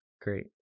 great